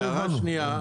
זה הבנו.